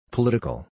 Political